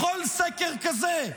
בכל סקר כזה,